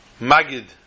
Magid